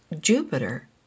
Jupiter